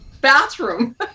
bathroom